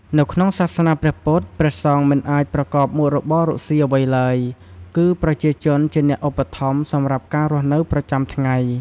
នៅក្នុងសាសនាព្រះពុទ្ធ ព្រះសង្ឃមិនអាចប្រកបមុខរបរកសុីអ្វីឡើយ គឺប្រជាជនជាអ្នកឧបត្ថម្ភសម្រាប់ការរស់នៅប្រចាំថ្ងៃ។